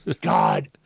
God